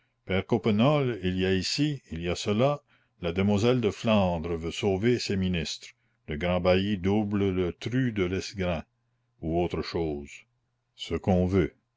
coppenole il y a ceci il y a cela la demoiselle de flandre veut sauver ses ministres le grand bailli double le tru de l'esgrin ou autre chose ce qu'on veut